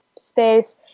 space